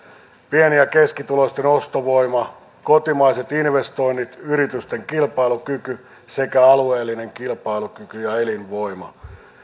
pieni ja keskituloisten ostovoima kotimaiset investoinnit yritysten kilpailukyky sekä alueellinen kilpailukyky ja elinvoima